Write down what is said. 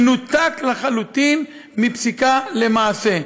מנותק לחלוטין מפסיקה למעשה.